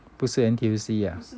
不是 N_T_U_C ah